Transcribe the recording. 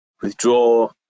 withdraw